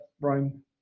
Rome